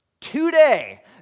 today